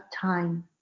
time